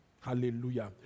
hallelujah